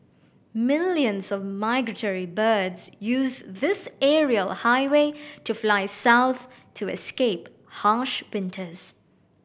millions of migratory birds use this aerial highway to fly south to escape harsh winters